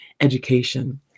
education